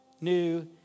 new